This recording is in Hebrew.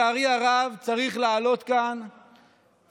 לצערי הרב אני צריך לעלות כאן ולנצל